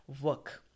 work